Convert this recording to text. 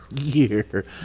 year